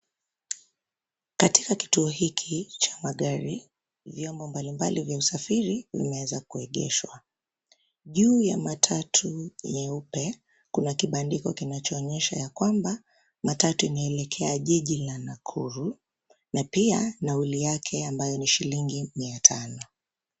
Katika kituo hiki cha magari vyombo mbali mbali vya usafiri vimeweza kueegeshwa juu ya matatu nyeupe kuna kibandiko kinacho onyesha ya kwamba matatu inaelekea jiji la Nakuru na pia nauli yake ambaye ni shilingi mia tano.